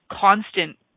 constant